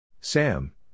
Sam